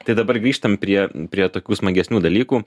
tai dabar grįžtam prie prie tokių smagesnių dalykų